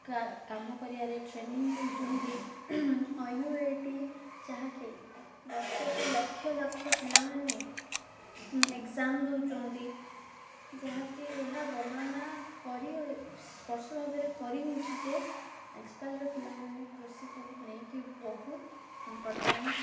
କାମ କରିବାରେ ଟ୍ରେନିଂ ଦଉଛନ୍ତି ଓ ୟୁ ଏ ଟି ଯାହାକି ଦଶ ଲକ୍ଷ ଲକ୍ଷ ପିଲାମାନେ ଏଗ୍ଜାମ୍ ଦଉଛନ୍ତି ଯାହାକି ଏହା ବର୍ଣ୍ଣନା କରି ସ୍ପର୍ଶ ଭାବରେ କରିହେଉଛିି ଯେ ଆଜିକାଲିର ପିଲାମାନେ କୃଷିକୁ ନେଇକି ବହୁତ ଇମ୍ପୋଟେଣ୍ଟ୍